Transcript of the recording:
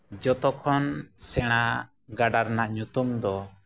ᱡᱚᱛᱚᱠᱷᱚᱱ ᱥᱮᱬᱟ ᱜᱟᱰᱟ ᱨᱮᱱᱟᱜ ᱧᱩᱛᱩᱢ ᱫᱚ